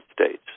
States